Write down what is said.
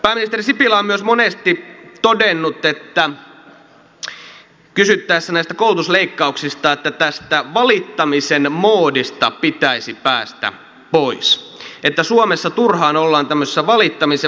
pääministeri sipilä on myös monesti todennut kysyttäessä näistä koulutusleikkauksista että tästä valittamisen moodista pitäisi päästä pois että suomessa turhaan ollaan tämmöisessä valittamisen moodissa